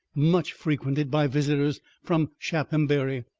much frequented by visitors from shaphambury,